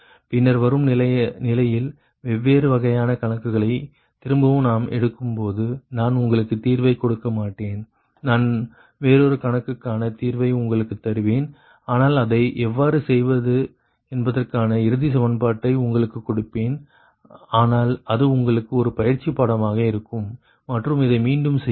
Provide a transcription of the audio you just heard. பின்னர் வரும் நிலையில் வெவ்வேறு வகையான கணக்குகளை திரும்பவும் நாம் எடுக்கும் போது நான் உங்களுக்கு தீர்வை கொடுக்க மாட்டேன் நான் வேறொரு கணக்குக்கான தீர்வை உங்களுக்கு தருவேன் ஆனால் அதை எவ்வாறு செய்வது என்பதற்கான இறுதி சமன்பாட்டை உங்களுக்கு கொடுப்பேன் ஆனால் இது உங்களுக்கு ஒரு பயிற்சி படமாக இருக்கும் மற்றும் இதை மீண்டும் செய்யுங்கள்